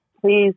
Please